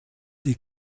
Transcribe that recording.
die